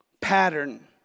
Pattern